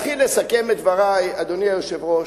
אדוני היושב-ראש,